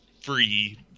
free